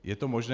Je to možné?